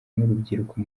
n’urubyiruko